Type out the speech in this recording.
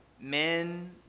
men